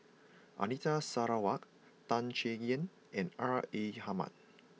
Anita Sarawak Tan Chay Yan and R A Hamid